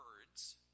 words